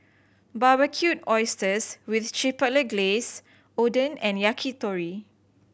Barbecued Oysters with Chipotle Glaze Oden and Yakitori